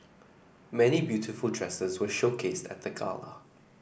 many beautiful dresses were showcased at the gala